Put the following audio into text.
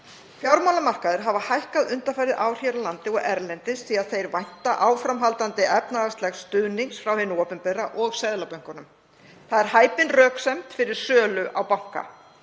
Fjármálamarkaðir hafa hækkað undanfarin ár hér á landi og erlendis því að þeir vænta áframhaldandi efnahagslegs stuðnings frá hinu opinbera og seðlabönkunum. Það er hæpin röksemd fyrir sölu á banka.